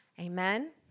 Amen